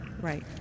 Right